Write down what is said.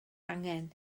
angen